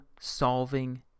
solving